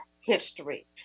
history